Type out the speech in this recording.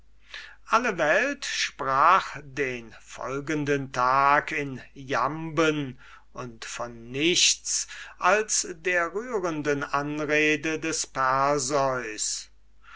alle welt sprach den folgenden tag in jamben und von nichts als der rührenden anrede des